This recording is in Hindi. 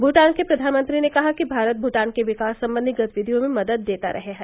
भूटान के प्रधानमंत्री ने कहा कि भारत भूटान के विकास संबंधी गतिविधियों में मदद देता रहा है